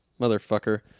motherfucker